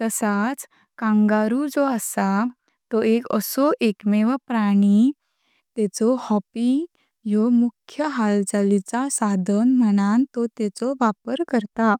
तसच कांगारू जो असा तो एक आसो एकमेव प्राणी तेंचो हॉपिंग ह्यो मुख्य हालचिलच साधन म्हुणण तो तेंचो वापार करता।